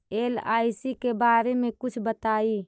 LIC के बारे मे कुछ बताई?